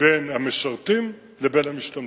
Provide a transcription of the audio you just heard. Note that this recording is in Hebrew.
בין המשרתים לבין המשתמטים,